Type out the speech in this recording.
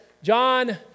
John